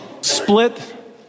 Split